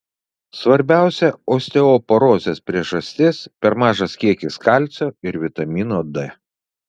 svarbiausia osteoporozės priežastis per mažas kiekis kalcio ir vitamino d